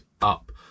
up